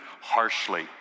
harshly